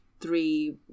three